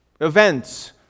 events